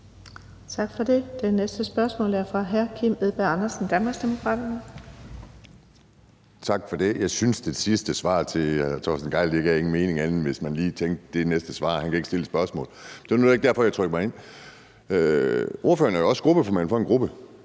Tak for det. Det næste spørgsmål er fra hr. Kim Edberg Andersen, Danmarksdemokraterne. Kl. 16:03 Kim Edberg Andersen (DD): Tak for det. Jeg syntes ikke, det sidste svar til hr. Torsten Gejl gav nogen mening, andet end hvis man lige tænkte, at det er sidste svar, og at han ikke kan stille et spørgsmål mere. Det var nu ikke derfor, jeg trykkede mig ind. Ordføreren er jo også gruppeformand for en gruppe.